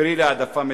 קרי להעדפה מתקנת.